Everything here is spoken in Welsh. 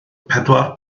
pedwar